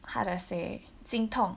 how to say 经痛